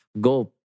go